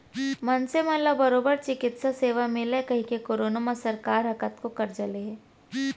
मनसे मन ला बरोबर चिकित्सा सेवा मिलय कहिके करोना म सरकार ह कतको करजा ले हे